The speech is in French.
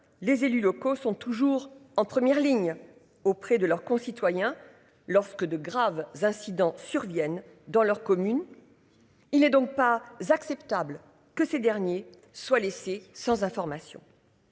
les élus locaux sont toujours en première ligne auprès de leurs concitoyens lorsque de graves incidents surviennent dans leur commune. Il est donc pas acceptable que ces derniers soient laissées sans information.